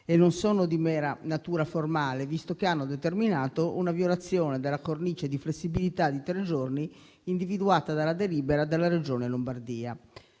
e non sono di mera natura formale, visto che hanno determinato una violazione della cornice di flessibilità di tre giorni individuata dalla delibera della regione Lombardia.